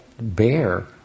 bear